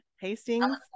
Hastings